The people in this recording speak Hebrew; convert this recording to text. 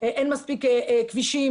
אין מספיק כבישים,